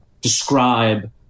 describe